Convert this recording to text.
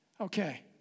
Okay